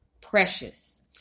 precious